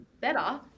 better